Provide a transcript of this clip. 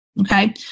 okay